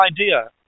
idea